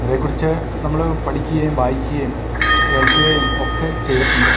അവരേക്കുറിച്ച് നമ്മൾ പഠിക്കുകയും വായിക്കുകയും കേൾക്കുകയും ഒക്കെ ചെയ്തിട്ടുണ്ട്